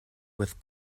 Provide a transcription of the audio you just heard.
with